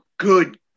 good